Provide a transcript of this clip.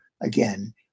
again